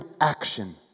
action